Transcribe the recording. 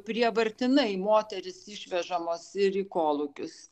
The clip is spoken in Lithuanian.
prievartinai moterys išvežamos ir į kolūkius